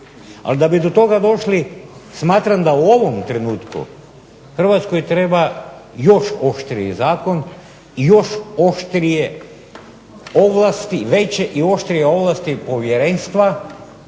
ali da bi do toga došli smatram da u ovom trenutku HRvatskoj treba još oštriji zakon i još oštrije ovlasti, veće i oštrije ovlasti povjerenstva